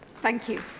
thank you.